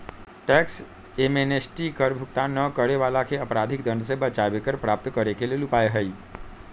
tax amnesty कर भुगतान न करे वलाके अपराधिक दंड से बचाबे कर प्राप्त करेके लेल उपाय हइ